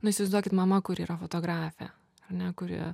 nu įsivaizduokit mama kuri yra fotografė ne kuri